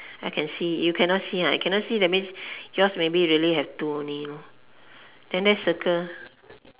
I can see you cannot see ah if cannot see that means yours maybe really have two only lor then let's circle